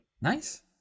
Nice